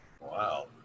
Wow